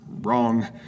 wrong